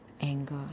anger